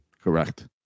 Correct